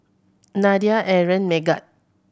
Nadia Aaron Megat